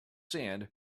sand